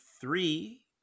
three